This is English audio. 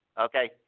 okay